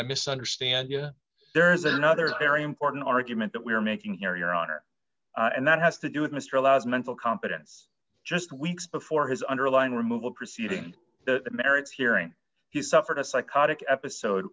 i misunderstand you there is another very important argument that we are making here your honor and that has to do with mr allows mental competence just weeks before his underlying removal proceeding the merits hearing he suffered a psychotic episode